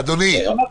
אדוני.